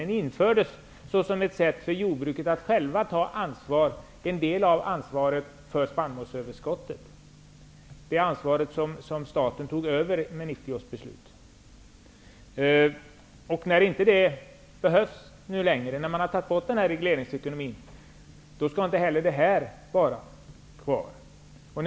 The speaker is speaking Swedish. Den infördes som ett sätt för jordbruket att självt ta en del av ansvaret för spannmålsöverskottet. Det ansvaret tog staten över i och med 1990 års beslut. När den inte behövs längre och när vi har tagit bort regleringsekonomin skall inte heller detta gälla längre.